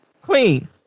clean